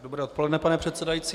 Dobré odpoledne, pane předsedající.